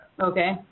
Okay